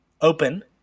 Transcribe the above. open